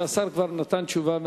אף שהשר כבר נתן תשובה.